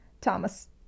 Thomas